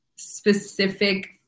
specific